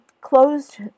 closed